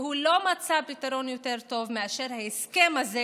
והוא לא מצא פתרון טוב יותר מאשר ההסכם הזה